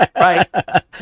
right